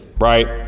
right